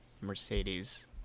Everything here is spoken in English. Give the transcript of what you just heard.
Mercedes